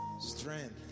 strength